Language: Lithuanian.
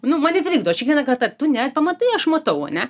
nu mane trikdo aš kiekvieną kartą tu nepamatai aš matau ane